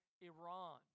Iran